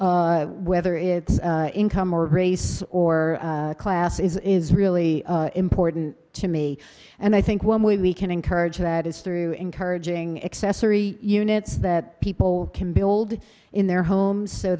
whether it's income or race or class is really important to me and i think one way we can encourage that is through encouraging accessory units that people can build in their homes so